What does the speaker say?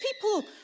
people